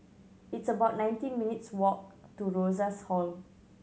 it's about nineteen minutes' walk to Rosas Hall